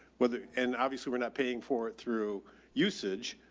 whether, and obviously we're not paying for it through usage,